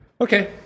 Okay